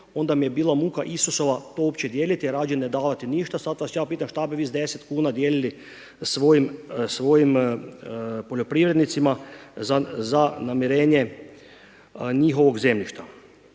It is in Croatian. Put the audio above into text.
onda mi je bila muka Isusova, to opće dijeliti, radije ne davati ništa, sad vas ja pitam šta bi vi s deset kuna dijelili svojim poljoprivrednicima za namirenje njihovog zemljišta.